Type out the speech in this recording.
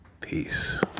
peace